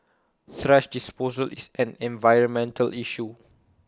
thrash disposal is an environmental issue